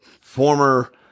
former